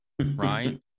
right